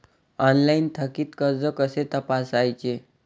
Online थकीत कर्ज कसे तपासायचे?